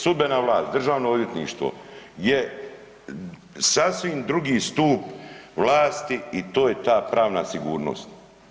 Sudbena vlast, državno odvjetništvo je sasvim drugi stup vlasti i to je ta pravna sigurnost.